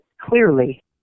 clearly